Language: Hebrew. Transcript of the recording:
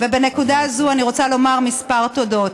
ובנקודה זו אני רוצה לומר כמה תודות.